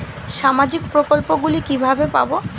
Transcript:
সামাজিক প্রকল্প গুলি কিভাবে পাব?